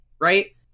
Right